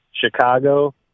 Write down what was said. Chicago